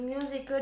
Music